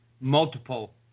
multiple